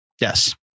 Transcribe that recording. Yes